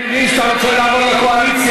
אני מבין שאתה רוצה לעבור לקואליציה,